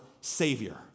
savior